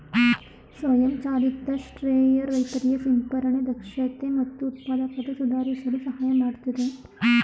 ಸ್ವಯಂ ಚಾಲಿತ ಸ್ಪ್ರೇಯರ್ ರೈತರಿಗೆ ಸಿಂಪರಣೆ ದಕ್ಷತೆ ಮತ್ತು ಉತ್ಪಾದಕತೆ ಸುಧಾರಿಸಲು ಸಹಾಯ ಮಾಡ್ತದೆ